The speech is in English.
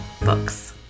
books